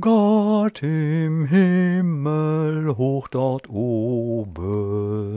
gott im himmel hoch dort